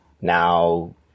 now